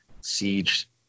siege